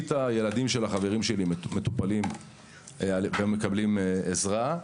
ומרבית הילדים של החברים שלי מטופלים ומקבלים עזרה.